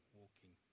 walking